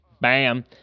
bam